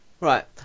Right